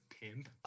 pimp